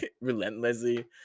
relentlessly